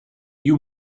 you